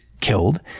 killed